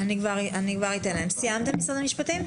המשטרה,